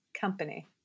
Company